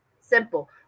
Simple